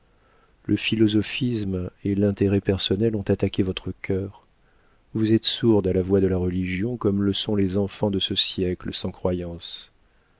philosophisme et l'intérêt personnel ont attaqué votre cœur vous êtes sourde à la voix de la religion comme le sont les enfants de ce siècle sans croyance